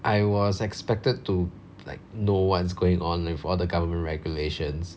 I was expected to like know what's going on like for all the government regulations